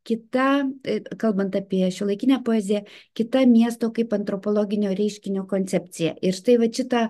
kita kalbant apie šiuolaikinę poeziją kita miesto kaip antropologinio reiškinio koncepcija ir štai vat šitą